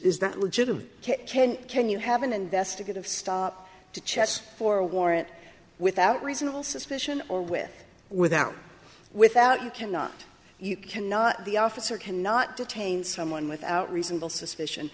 that legitimate ken can you have an investigative stop to chess for war it without reasonable suspicion or with without without you cannot you cannot the officer cannot detain someone without reasonable suspicion